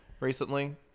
Recently